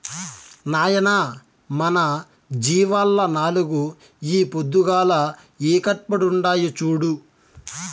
నాయనా మన జీవాల్ల నాలుగు ఈ పొద్దుగాల ఈకట్పుండాయి చూడు